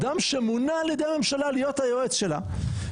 אדם שמונה על ידי הממשלה להיות היועץ שלה,